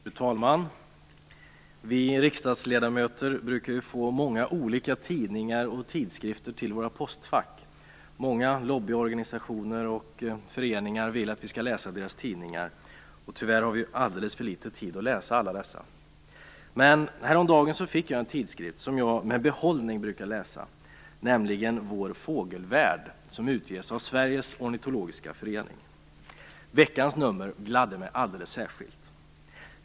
Fru talman! Vi riksdagsledamöter brukar få många olika tidningar och tidskrifter till våra postfack. Många lobbyorganisationer och föreningar vill att vi skall läsa deras tidningar. Tyvärr har vi alldeles för litet tid att läsa alla dessa. Men häromdagen fick jag en tidskrift som jag med behållning brukar läsa, nämligen Vår Fågelvärld, som utges av Sveriges Ornitologiska Förening. Veckans nummer gladde mig alldeles särskilt.